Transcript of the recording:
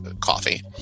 coffee